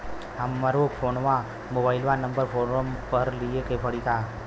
हमरो mobile number form पर लिखे के पड़ी का?